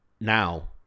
Now